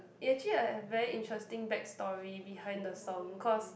it actually a very interesting back story behind the song cause